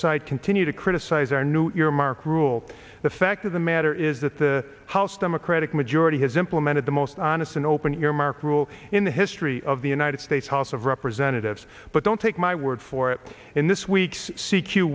side continue to criticize our new earmark rule the fact of the matter is that the house democratic majority has implemented the most honest and open earmark rule in the history of the united states house of representatives but don't take my word for it in this week